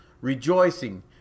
rejoicing